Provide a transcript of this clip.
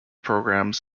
programs